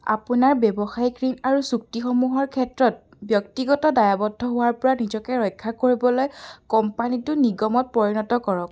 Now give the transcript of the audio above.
আপোনাৰ ব্যৱসায়িক ঋণ আৰু চুক্তিসমূহৰ ক্ষেত্ৰত ব্যক্তিগত দায়ৱদ্ধ হোৱাৰ পৰা নিজকে ৰক্ষা কৰিবলৈ ক'ম্পানীটো নিগমত পৰিণত কৰক